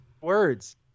words